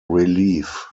relief